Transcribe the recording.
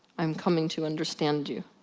i'm coming to understand you.